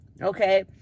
okay